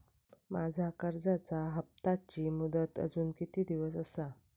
माझ्या कर्जाचा हप्ताची मुदत अजून किती दिवस असा?